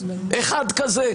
אחד כזה?